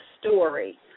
story